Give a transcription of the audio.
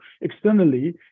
externally